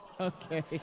Okay